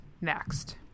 next